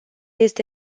este